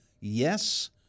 Yes